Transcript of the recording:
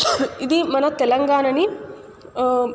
ఇది మన తెలంగాణని